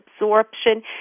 absorption